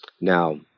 Now